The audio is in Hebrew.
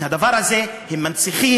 את הדבר הזה הם מנציחים,